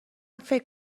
فکر